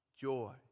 joy